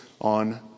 on